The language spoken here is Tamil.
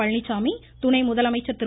பழனிசாமி துணை முதலமைச்சர் திரு